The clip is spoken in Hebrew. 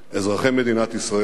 אזרחי מדינת ישראל,